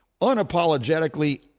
unapologetically